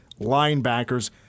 linebackers